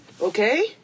Okay